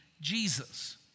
Jesus